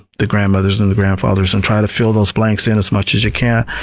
the grandmothers, and the grandfathers. and try to fill those blanks in as much as you can.